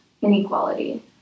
inequality